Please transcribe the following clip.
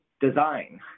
design